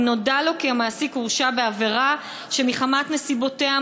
אם נודע לו כי המעסיק הורשע בעבירה שמחמת נסיבותיה,